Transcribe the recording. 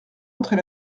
entrer